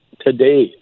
today